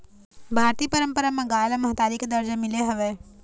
भारतीय पंरपरा म गाय ल महतारी के दरजा मिले हवय